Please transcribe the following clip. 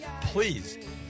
Please